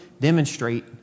demonstrate